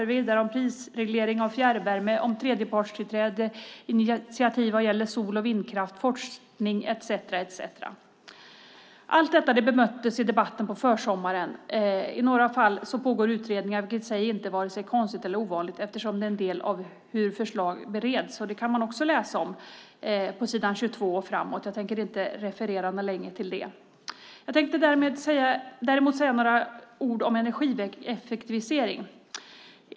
Det handlar vidare om prisreglering av fjärrvärme, om tredjepartstillträde, initiativ vad gäller sol och vindkraft, forskning etcetera. Allt detta bemöttes i debatten på försommaren. I några fall pågår utredningar, vilket i sig inte är vare sig konstigt eller ovanligt eftersom det är en del av hur förslag bereds. Det kan man också läsa om på s. 22 och framåt. Jag tänker inte referera mer till det. Jag tänkte däremot säga några ord om energieffektivisering.